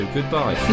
Goodbye